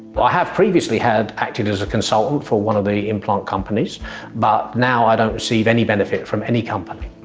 but i have previously had acted as a consultant for one of the implant companies but now i don't receive any benefit from any company.